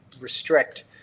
restrict